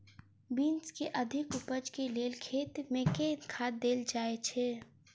Beans केँ अधिक उपज केँ लेल खेत मे केँ खाद देल जाए छैय?